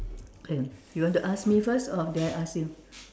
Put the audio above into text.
okay you want to ask me first or do I ask you